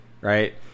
right